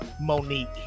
Monique